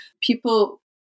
people